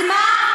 אז מה?